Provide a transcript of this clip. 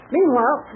Meanwhile